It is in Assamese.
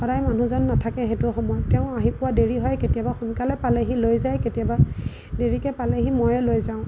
সদায় মানুহজন নাথাকে সেইটো সময়ত তেওঁ আহি পোৱা দেৰি হয় কেতিয়াবা সোনকালে পালেহি লৈ যায় কেতিয়াবা দেৰিকৈ পালেহি ময়ে লৈ যাওঁ